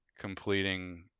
completing